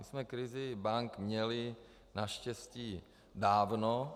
My jsme krizi bank měli naštěstí dávno.